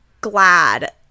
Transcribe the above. glad